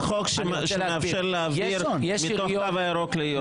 זה חוק שמאפשר להעביר מתוך הקו הירוק ליו"ש.